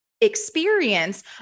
experience